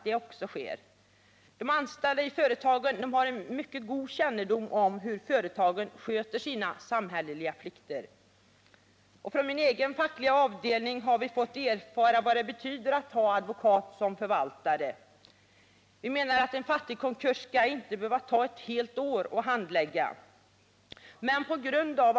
De anställda i företagen har mycket god kännedom om hur företagen sköter sina samhälleliga plikter. I min egen fackliga avdelning har vi fått erfara vad det betyder att ha en advokat som förvaltare. Det skall inte behöva ta ett helt år att handlägga en fattigkonkurs.